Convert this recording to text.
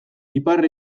ipar